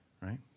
right